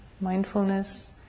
mindfulness